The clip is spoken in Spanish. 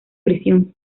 prisión